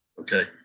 Okay